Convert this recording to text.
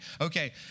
Okay